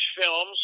films